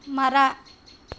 ಮರ